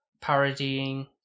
parodying